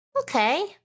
Okay